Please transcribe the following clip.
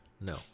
No